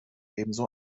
ebenso